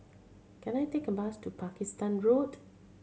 can I take a bus to Pakistan Road